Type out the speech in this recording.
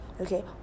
Okay